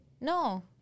No